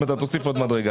אם אתה תוסיף עוד מדרגה.